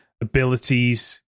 abilities